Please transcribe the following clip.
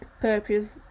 purpose